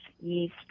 yeast